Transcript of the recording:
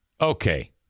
okay